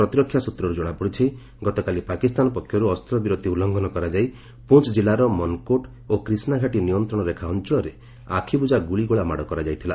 ପ୍ରତିରକ୍ଷା ସୂତ୍ରରୁ ଜଣାପଡ଼ିଛି ଗତକାଲି ପାକିସ୍ତାନ ପକ୍ଷରୁ ଅସ୍ତ୍ରବିରତି ଉଲ୍ଲ୍ଙ୍ଘନ କରାଯାଇ ପୁଞ୍ଚ୍ କିଲ୍ଲାର ମନକୋଟ୍ ଓ କ୍ରିଷ୍ଣାଘାଟି ନିୟନ୍ତ୍ରଣ ରେଖା ଅଞ୍ଚଳରେ ଆଖିବୁଜା ଗୁଳିଗୋଳା ମାଡ଼ କରାଯାଇଥିଲା